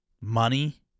money